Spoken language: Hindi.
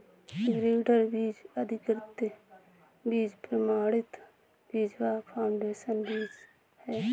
ब्रीडर बीज, अधिकृत बीज, प्रमाणित बीज व फाउंडेशन बीज है